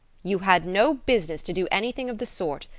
you had no business to do anything of the sort.